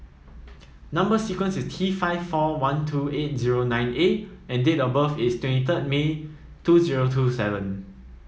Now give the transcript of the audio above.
number sequence is T five four one two eight zero nine A and date of birth is twenty third May two zero two seven